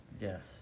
Yes